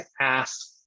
ask